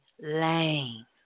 lane